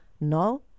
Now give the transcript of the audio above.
no